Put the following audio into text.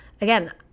Again